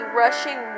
rushing